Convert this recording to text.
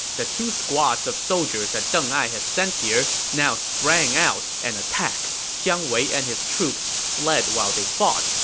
the two squads of soldiers that deng ai had sent here now sprang out and attacked. jiang wei and his troops fled while they fought,